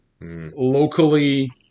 locally